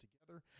together